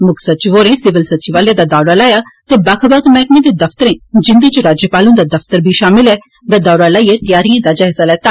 मुक्ख सचिव होरें सिविल सचिवालय दा दौरा लाया ते बक्ख बक्ख मैहकमे दे दफ्तरें जिन्दे च राज्यपाल हुन्दा दफ्तर बी शामल ऐ दा दौरा लाइयै त्यारिएं दा जायज़ा लैता